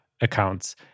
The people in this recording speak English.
accounts